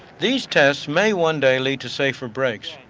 these tests may one day lead to safer brakes,